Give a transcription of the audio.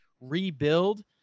rebuild